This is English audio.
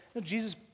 Jesus